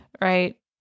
right